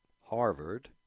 Harvard